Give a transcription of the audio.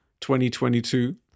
2022